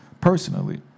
personally